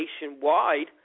nationwide